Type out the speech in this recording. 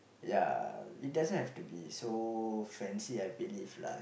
ya it doesn't have to be so fancy I believe lah